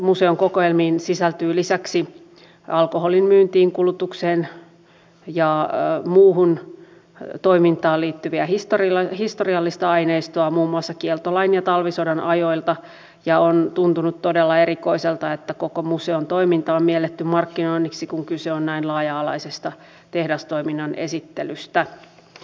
museon kokoelmiin sisältyy lisäksi alkoholin myyntiin kulutukseen ja muuhun toimintaan liittyvää historiallista aineistoa muun muassa kieltolain ja talvisodan ajoilta ja on tuntunut todella erikoiselta että koko museon toiminta on mielletty markkinoinniksi kun kyse on näin laaja alaisesta tehdastoiminnan esittelystä